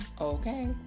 Okay